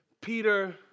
Peter